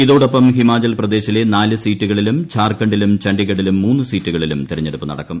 ഇതോടൊപ്പം ഹിമാചൽ പ്രദേശിലെ നാല് സീറ്റുകളിലും ജാർഖണ്ഡിലും ഛണ്ഡിഗഡിലും മൂന്ന് സീറ്റുകളിലും തെരഞ്ഞെടുപ്പ് നടക്കും